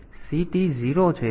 તેથી CT 0 છે અને પછી 10 છે